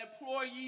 employee